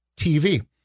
TV